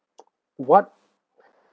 what